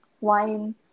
wine